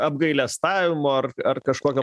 apgailestavimo ar kažkokio